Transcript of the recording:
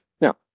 Now